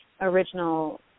original